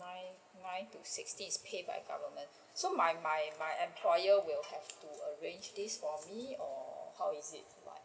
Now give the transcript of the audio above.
nine nine to sixteen is paid by government so my my employer will have to arrange this for me or how is it like